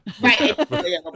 Right